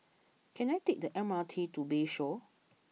can I take the M R T to Bayshore